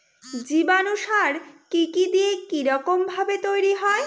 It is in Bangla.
জীবাণু সার কি কি দিয়ে কি রকম ভাবে তৈরি হয়?